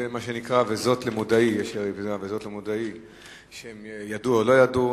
זה מה שנקרא "וזאת למודעי", שהם ידעו או לא ידעו.